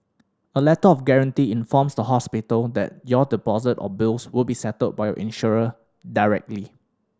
a Letter of Guarantee informs the hospital that your deposit or bills will be settled by your insurer directly